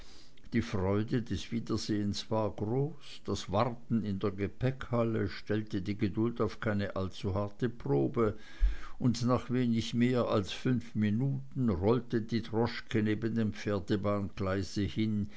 die freude des wiedersehens war groß das warten in der gepäckhalle stellte die geduld auf keine allzu harte probe und nach wenig mehr als fünf minuten rollte die droschke neben dem pferdebahngleise hin